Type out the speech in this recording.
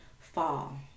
fall